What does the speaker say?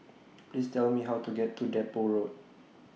Please Tell Me How to get to Depot Road